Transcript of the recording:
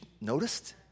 noticed